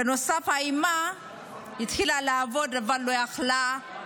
בנוסף, האימא התחילה לעבוד, אבל לא יכלה.